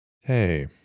Hey